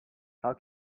how